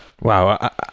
Wow